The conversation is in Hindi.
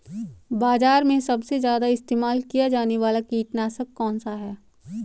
बाज़ार में सबसे ज़्यादा इस्तेमाल किया जाने वाला कीटनाशक कौनसा है?